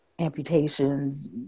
Amputations